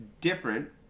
different